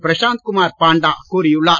பிரசாந்த் குமார் பாண்டா கூறியுள்ளார்